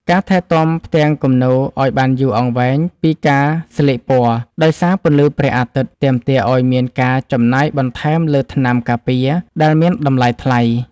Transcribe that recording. ការថែទាំផ្ទាំងគំនូរឱ្យបានយូរអង្វែងពីការស្លេកពណ៌ដោយសារពន្លឺព្រះអាទិត្យ ទាមទារឱ្យមានការចំណាយបន្ថែមលើថ្នាំការពារដែលមានតម្លៃថ្លៃ។